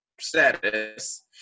status